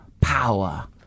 power